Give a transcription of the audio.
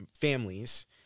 families